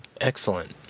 Excellent